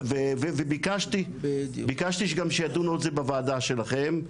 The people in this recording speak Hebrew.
וביקשתי שגם ידונו על זה בוועדה שלכם.